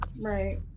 Right